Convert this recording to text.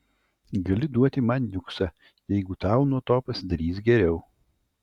gali duoti man niuksą jeigu tau nuo to pasidarys geriau